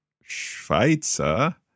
Schweizer